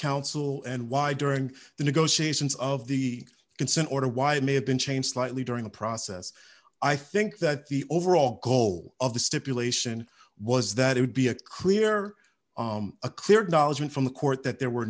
counsel and why during the negotiations of the consent order why it may have been changed slightly during the process i think that the overall goal of the stipulation was that it would be a creator a clear knowledge and from the court that there were